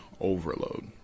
overload